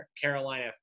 Carolina